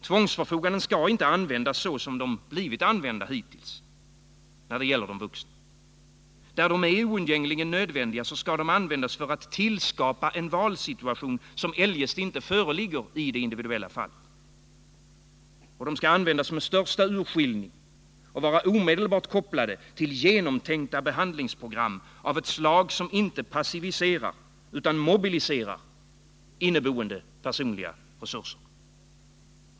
Tvångsförfoganden skall inte användas så som de blivit använda hittills när det gäller de vuxna. Där de oundgängligen är nödvändiga skall de användas för att tillskapa en valsituation, som eljest inte föreligger i det individuella fallet. De skall användas med den största urskiljning och vara omedelbart kopplade till genomtänkta behandlingsprogram av ett slag som inte passiverar utan mobiliserar inneboende personliga resurser.